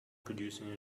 producing